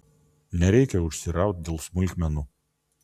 nereikia užsiraut dėl smulkmenų